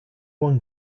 one